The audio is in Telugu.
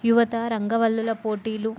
యువత రంగవల్లుల పోటీలు